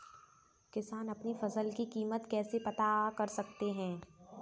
किसान अपनी फसल की कीमत कैसे पता कर सकते हैं?